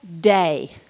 day